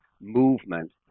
movement